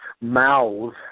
mouth